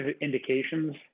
indications